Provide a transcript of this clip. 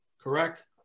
correct